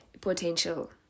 potential